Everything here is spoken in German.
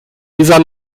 dieser